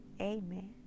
Amen